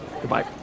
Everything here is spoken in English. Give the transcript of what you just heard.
goodbye